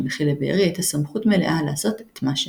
וכי לבארי הייתה סמכות מלאה לעשות את מה שעשה.